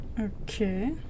okay